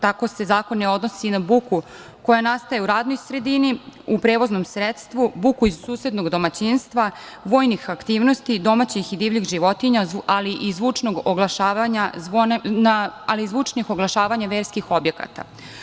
Tako se zakon ne odnosi na buku koja nastaje u radnoj sredini, u prevoznom sredstvu, buku iz susednog domaćinstva, vojnih aktivnosti, domaćih i divljih životinja ali i zvučnog oglašavanja zvona verskih objekata.